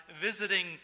visiting